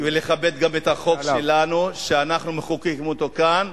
ולכבד גם את החוק שלנו שאנחנו מחוקקים אותו כאן,